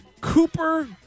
Cooper